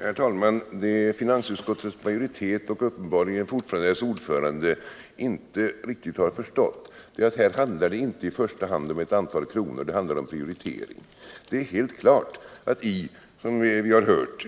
Herr talman! Det finansutskottets majoritet och uppenbarligen dess ordförande fortfarande inte riktigt har förstått är att här handlar det inte i första hand om ett antal kronor — det handlar om prioritering. Det är som vi har hört helt klart att i